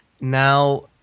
Now